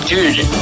Dude